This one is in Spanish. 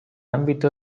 ámbito